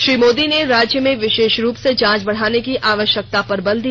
श्री मोदी ने राज्यों में विशेष रूप से जांच बढ़ाने की आवश्यकता पर बल दिया